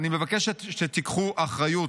אני מבקשת שתיקחו אחריות.